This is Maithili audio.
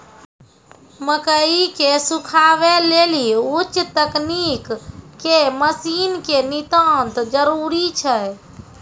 मकई के सुखावे लेली उच्च तकनीक के मसीन के नितांत जरूरी छैय?